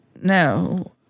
No